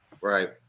Right